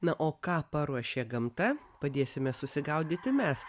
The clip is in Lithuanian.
na o ką paruošė gamta padėsime susigaudyti mes